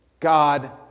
God